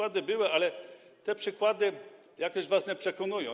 Ale te przykłady jakoś was nie przekonują.